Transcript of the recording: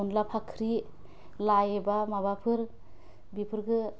अनला फाख्रि लाइ एबा माबाफोर बेफोरखो